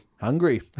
hungry